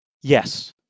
Yes